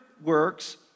works